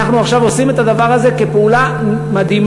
אנחנו עכשיו עושים את הדבר הזה כפעולה מדהימה,